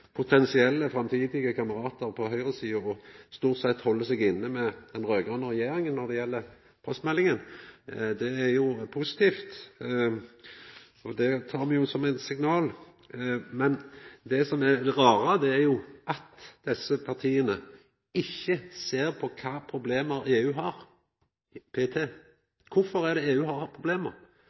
potensielle framtidige kameratar på høgresida og stort sett held seg inne med den raud-grøne regjeringa når det gjeld postmeldinga. Det er positivt, og me tek det som eit signal. Men det som er det rare, er at desse partia ikkje ser på kva problem EU har p.t. Kvifor har EU hatt problem? Nei, dei problema